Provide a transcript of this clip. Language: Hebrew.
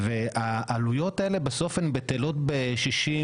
הביטחון והעלויות האלה בסוף הן בטלות בשישים